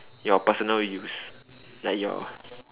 your personal use like your